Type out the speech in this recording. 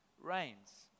reigns